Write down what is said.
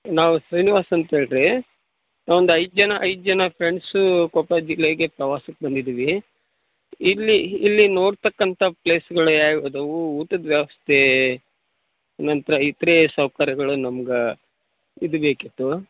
ನಾವು ಶ್ರೀನಿವಾಸ್ ಅಂತೇಳ್ರೀ ನಾವು ಒಂದು ಐದು ಜನ ಐದು ಜನ ಫ್ರೆಂಡ್ಸೂ ಕೊಪ್ಪ ಜಿಲ್ಲೆಗೆ ಪ್ರವಾಸಕ್ಕೆ ಬಂದಿದ್ದೀವಿ ಇಲ್ಲಿ ಇಲ್ಲಿ ನೋಡ್ತಕ್ಕಂಥ ಪ್ಲೇಸ್ಗಳು ಯಾವ್ಯಾವು ಇದವೂ ಊಟದ ವ್ಯವಸ್ಥೆ ನಂತರ ಇತರೇ ಸೌಕರ್ಯಗಳು ನಮ್ಗೆ ಇದು ಬೇಕಿತ್ತು